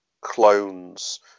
clones